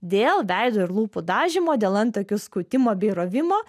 dėl veido ir lūpų dažymo dėl antakių skutimo bei rovimo